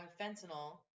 fentanyl